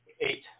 Eight